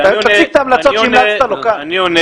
אני עונה